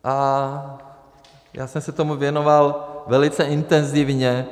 A já jsem se tomu věnoval velice intenzivně.